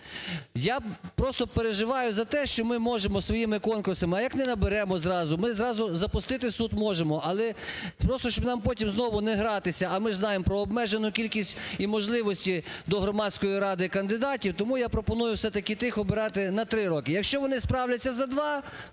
Я просто переживаю за те, що ми можемо своїми конкурсами, а як не наберемо зразу? Ми зразу запустити суд можемо, але щоб нам потім не гратися, а ми ж знаємо про обмежену кількість і можливості до Громадської ради кандидатів. Тому я пропоную все-таки тих обирати на три роки. Якщо вони справляться за два,